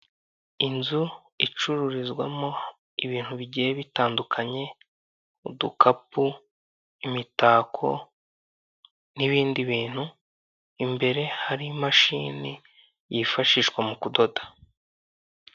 Inzu icururizwamo ibintu bigiye bitandukanye, udukapu, imitako, n'ibindi bintu, imbere hari imashini yifashishwa mu kudoda.